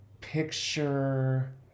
picture